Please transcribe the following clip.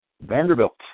Vanderbilt